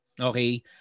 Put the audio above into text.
Okay